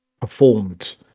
performed